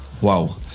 Wow